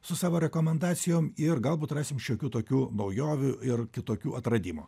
su savo rekomendacijom ir galbūt rasim šiokių tokių naujovių ir kitokių atradimų